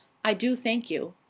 i do thank you.